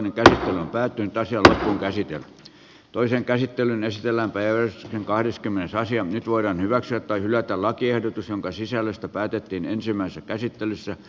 nyt päättynyt asiakkaan käsi kävi toisen käsittelyn esilämpöisen kahdeskymmenes asia voidaan hyväksyä tai hylätä lakiehdotus jonka sisällöstä päätettiin ensimmäisessä käsittelyssä